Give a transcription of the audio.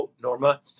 Norma